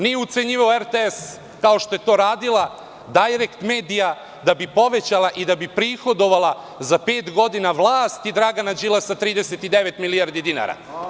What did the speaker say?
Nije ucenjivao RTS, kao što je to radila „Dajrekt medija“ da bi povećala i da bi prihodovala za pet godina vlasti Dragana Đilasa 39 milijardi dinara.